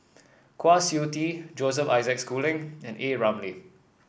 Kwa Siew Tee Joseph Isaac Schooling and A Ramli